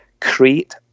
create